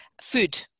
food